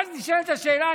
ואז נשאלת השאלה,